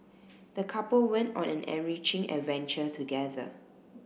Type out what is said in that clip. the couple went on an enriching adventure together